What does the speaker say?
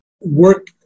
work